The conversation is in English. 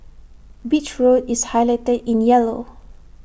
beach road is highlighted in yellow